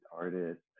artist